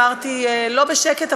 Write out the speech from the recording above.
אמרתי לא בשקט,